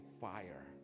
fire